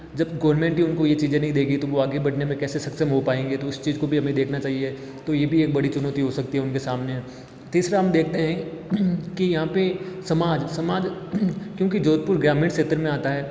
जब गोरमेंट ही उनको ये चीजें नहीं देगी तो वो आगे बढ़ने में कैसे सक्षम हो पाएंगे तो उस चीज़ को भी हमें देखना चाहिए तो ये भी एक बड़ी चुनौती हो सकती है उनके सामने तीसरा हम देखते हैं कि यहाँ पे समाज समाज क्योंकि जोधपुर ग्रामीण क्षेत्र में आता है